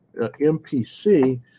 MPC